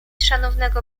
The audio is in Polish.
szanownego